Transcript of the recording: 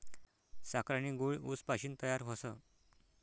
साखर आनी गूय ऊस पाशीन तयार व्हस